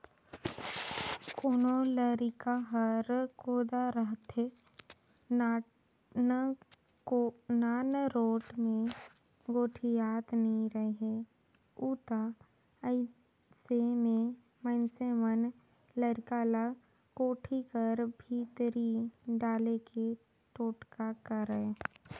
कोनो लरिका हर कोदा रहथे, नानरोट मे गोठियात नी रहें उ ता अइसे मे मइनसे मन लरिका ल कोठी कर भीतरी डाले के टोटका करय